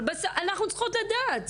אנחנו צריכות לדעת.